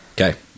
Okay